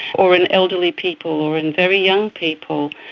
or in elderly people or in very young people,